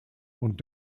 und